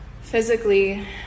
physically